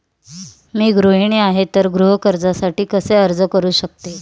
मी गृहिणी आहे तर गृह कर्जासाठी कसे अर्ज करू शकते?